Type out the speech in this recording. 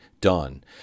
done